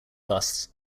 busts